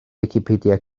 wicipedia